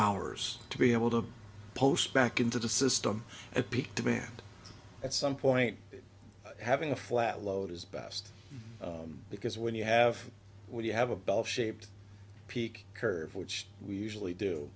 hours to be able to post back into the system at peak demand at some point having a flat load is best because when you have when you have a bell shaped peak curve which we usually do